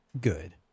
Good